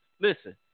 Listen